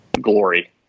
glory